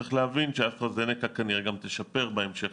צריך להבין שאסטרה זנקה כנראה גם תשנה אותו בהמשך